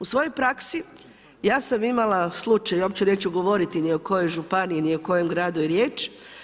U svojoj praksi ja sam imala slučaj, uopće neću govoriti ni o kojoj županiji ni o kojem gradu je riječ.